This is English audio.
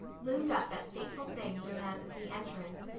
loomed up that fateful thing known as the entrance,